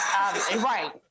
Right